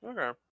Okay